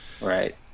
Right